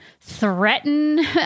threaten